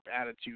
attitude